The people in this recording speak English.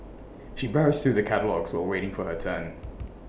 she browsed through the catalogues while waiting for her turn